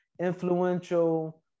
influential